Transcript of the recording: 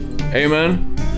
Amen